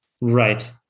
Right